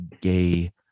gay